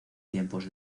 tiempos